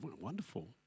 wonderful